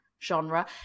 genre